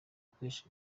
kwihesha